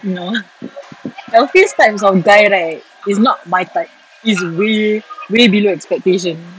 no elfie's types of guy right is not my type it's way way below expectation